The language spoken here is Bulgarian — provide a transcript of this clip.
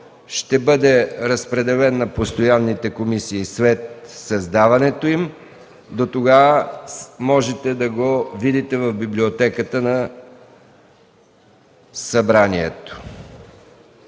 Ще бъде разпределен на постоянните комисии след създаването им. Дотогава можете да го видите в Библиотеката на Народното